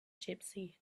gypsy